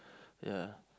ya